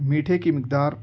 میٹھے کی مقدار